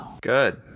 Good